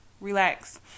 Relax